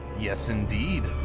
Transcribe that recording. yes indeed.